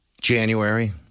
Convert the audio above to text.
January